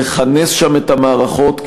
לכנס שם את המערכות,